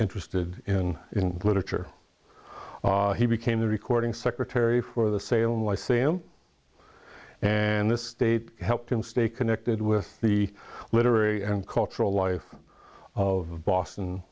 interested in literature he became the recording secretary for the salem lyceum and this state helped him stay connected with the literary and cultural life of boston